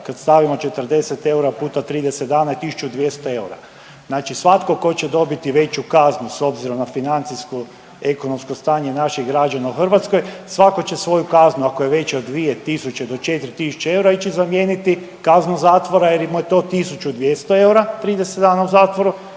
Kad stavimo 40 eura puta 30 dana je 1200 eura. Znači svatko tko će dobiti veću kaznu s obzirom na financijsko, ekonomsko stanje naših građana u Hrvatskoj svatko će svoju kaznu ako je veća od 2000 do 4000 eura ići zamijeniti kaznu zatvora jer mu je to 1200 eura 30 dana u zatvoru,